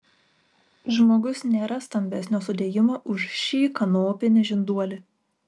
žmogus nėra stambesnio sudėjimo už šį kanopinį žinduolį